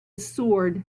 sword